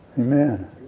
Amen